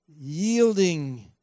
Yielding